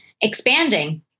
expanding